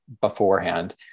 beforehand